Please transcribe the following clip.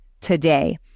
today